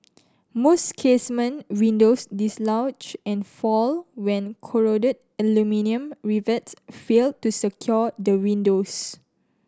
most casement windows dislodge and fall when corroded aluminium rivets fail to secure the windows